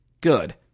Good